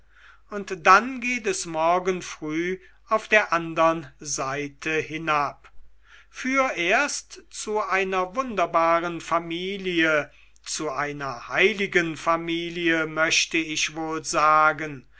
und dann geht es morgen früh auf der andern seite hinab fürerst zu einer wunderbaren familie zu einer heiligen familie möchte ich wohl sagen